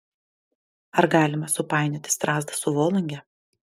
ar galima supainioti strazdą su volunge